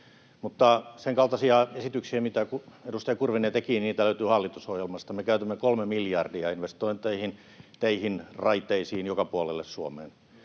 Mutta sen kaltaisia esityksiä, mitä edustaja Kurvinen teki, löytyy hallitusohjelmasta. Me käytämme kolme miljardia investointeihin — teihin, raiteisiin — joka puolelle Suomea.